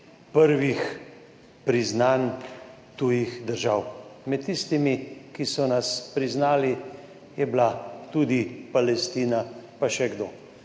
prvih priznanj tujih držav. Med tistimi, ki so nas priznali, je bila tudi Palestina, pa še kdo.